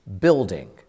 building